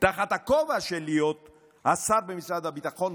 תחת הכובע של להיות השר במשרד הביטחון,